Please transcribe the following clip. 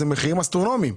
אלה מחירים אסטרונומיים.